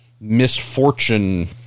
misfortune